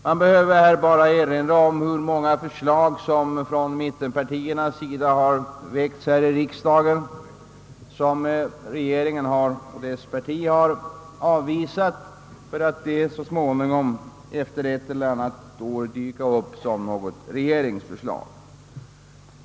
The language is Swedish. Jag behöver bara erinra om hur många förslag, som mittenpartierna framlagt i riksdagen men som regeringspartiet avvisat, vilka så småningom efter ett eller annat år dykt upp som regeringsförslag.